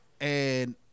and-